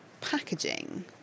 packaging